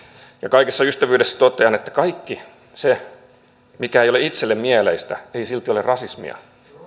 kaikessa ystävyydessä totean että kaikki se mikä ei ole itselle mieleistä ei silti ole rasismia